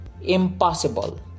Impossible